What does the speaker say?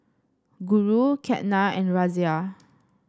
Guru Ketna and Razia